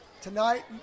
Tonight